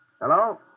Hello